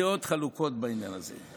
לגבי מכירת הדירות, הדעות חלוקות בעניין הזה.